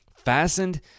fastened